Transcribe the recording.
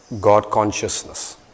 God-consciousness